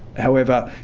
however,